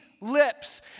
Lips